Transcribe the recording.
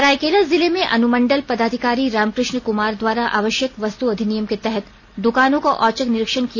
सरायकेला जिले में अनुमंडल पदाधिकारी रामकृष्ण कुमार द्वारा आवश्यक वस्तु अधिनियम के तहत दुकानों का औचक निरीक्षण किया